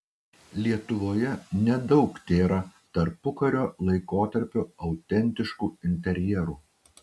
lietuvoje nedaug tėra tarpukario laikotarpio autentiškų interjerų